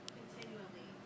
continually